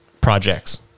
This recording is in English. projects